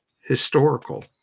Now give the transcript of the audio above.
historical